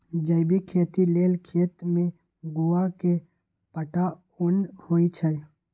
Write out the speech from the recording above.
जैविक खेती लेल खेत में गोआ के पटाओंन होई छै